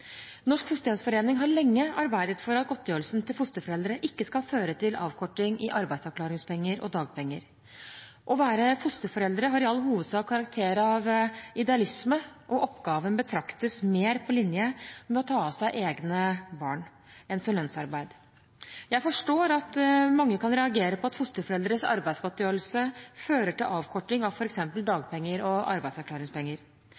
Norsk Fosterhjemsforening har lenge arbeidet for at godtgjørelsen til fosterforeldre ikke skal føre til avkorting i arbeidsavklaringspenger og dagpenger. Å være fosterforeldre har i all hovedsak karakter av idealisme, og oppgaven betraktes mer på linje med å ta seg av egne barn enn som lønnsarbeid. Jeg forstår at mange kan reagere på at fosterforeldres arbeidsgodtgjørelse fører til avkorting av